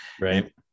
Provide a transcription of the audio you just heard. right